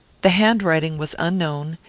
the handwriting was unknown,